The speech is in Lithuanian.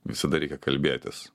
visada reikia kalbėtis